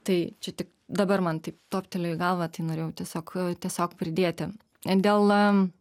tai čia tik dabar man tai toptelėjo į galvą tai norėjau tiesiog tiesiog pridėti dėl